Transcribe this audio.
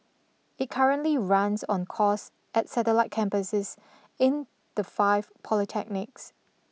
it currently runs on course at satellite campuses in the five polytechnics